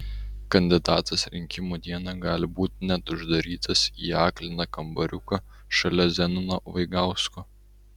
kandidatas rinkimų dieną gali būti net uždarytas į akliną kambariuką šalia zenono vaigausko